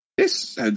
Yes